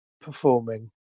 performing